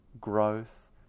growth